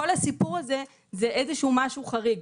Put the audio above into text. כל הסיפור הזה זה איזה שהוא משהו חריג.